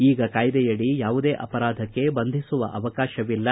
ಈಗ ಕಾಯ್ದೆಯಡಿ ಯಾವುದೇ ಅಪರಾಧಕ್ಕೆ ಬಂಧಿಸುವ ಅವಕಾಶವಿಲ್ಲ